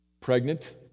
pregnant